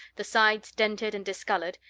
the sides dented and discolored,